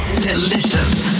Delicious